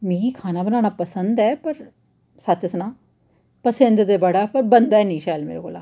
मिगी खाना बनाना पसंद ऐ पर सच सनांऽ पसंद ते बड़ा पर बनदा ऐ निं शैल मेरे कोला